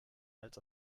als